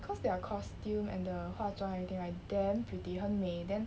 cause their costume and the 化妆 everything right damn pretty 很美 then